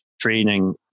training